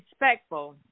respectful